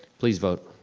please vote.